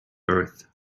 earth